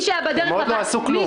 הם עוד לא עשו כלום.